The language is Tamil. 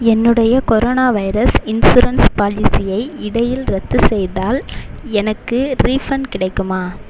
என்னுடைய கொரோனா வைரஸ் இன்ஷுரன்ஸ் பாலிசியை இடையில் ரத்துசெய்தால் எனக்கு ரீஃபன்ட் கிடைக்குமா